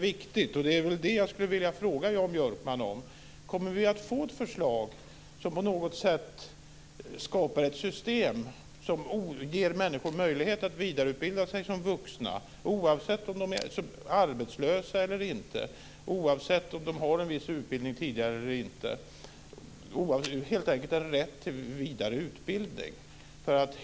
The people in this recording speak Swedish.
Jag vill fråga Jan Björkman: Kommer det något förslag som på något sätt skapar ett system som ger människor möjlighet att vidareutbilda sig som vuxna, oavsett om de är arbetslösa eller inte, oavsett om de har en viss utbildning tidigare eller inte? Det handlar alltså helt enkelt om en rätt till vidare utbildning.